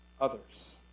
others